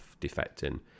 defecting